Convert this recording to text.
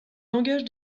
langage